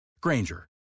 Granger